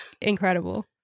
incredible